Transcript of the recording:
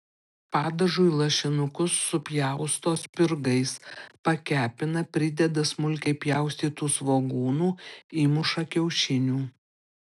padažui lašinukus supjausto spirgais pakepina prideda smulkiai pjaustytų svogūnų įmuša kiaušinių